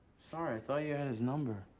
sorry, i thought you had his number.